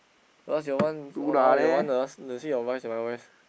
plus your one !walao eh! your one ah you see your voice and my voice